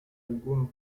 algunos